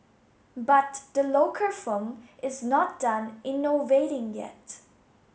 but the local firm is not done innovating yet